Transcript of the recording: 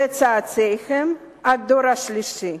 לצאצאיהם עד הדור השלישי,